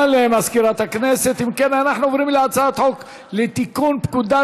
אם כן, גם הצעה זו תועבר לוועדת הכנסת, לדיון לאן